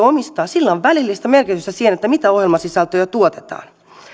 omistaa on välillistä merkitystä siihen mitä ohjelmasisältöjä tuotetaan